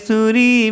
Suri